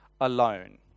alone